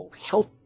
Health